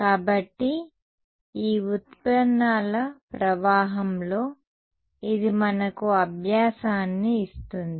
కాబట్టి ఈ వ్యుత్పన్నాల ప్రవాహంలో ఇది మనకు అభ్యాసాన్ని ఇస్తుంది